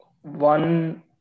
one